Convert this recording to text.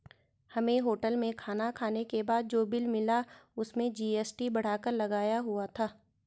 हमें होटल में खाना खाने के बाद जो बिल मिला उसमें जी.एस.टी बढ़ाकर लगाया हुआ था